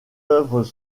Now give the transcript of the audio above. œuvres